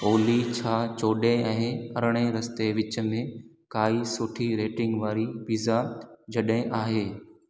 ऑली छा चोॾहं ऐं अरिड़हं रस्ते जे विच में काई सुठी रेटिंग वारी पिज़्ज़ा जॾहिं आहे